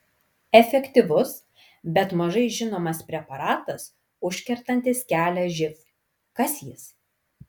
efektyvus bet mažai žinomas preparatas užkertantis kelią živ kas jis